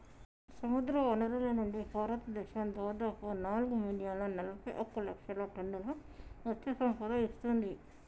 సముద్రవనరుల నుండి, భారతదేశం దాదాపు నాలుగు మిలియన్ల నలబైఒక లక్షల టన్నుల మత్ససంపద ఇస్తుంది